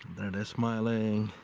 there they are smiling.